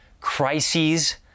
Crises